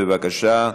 בבקשה,